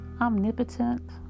omnipotent